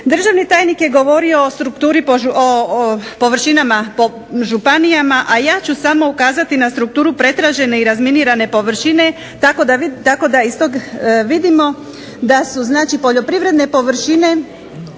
Državni tajnik je govori o površinama po županijama a ja ću samo ukazati na strukturu pretražene i razminirane površine tako da iz tog vidimo da su poljoprivredne površine